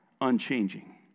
Unchanging